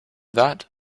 that